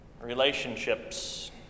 Relationships